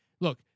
look